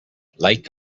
like